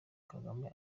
kagame